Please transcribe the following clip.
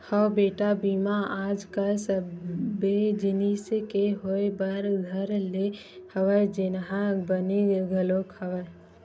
हव बेटा बीमा आज कल सबे जिनिस के होय बर धर ले हवय जेनहा बने घलोक हवय